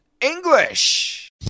English